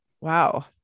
wow